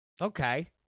okay